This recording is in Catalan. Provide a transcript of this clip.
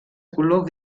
color